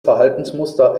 verhaltensmuster